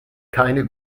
keine